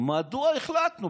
מדוע החלטנו?